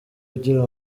ugira